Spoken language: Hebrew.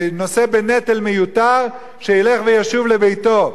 נושא בנטל מיותר, שילך וישוב לביתו.